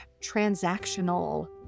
transactional